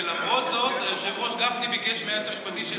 ולמרות זאת היושב-ראש גפני ביקש מהיועץ המשפטי של